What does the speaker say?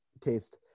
taste